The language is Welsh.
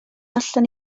allan